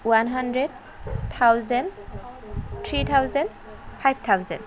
one hundred thousand three thousand five thousand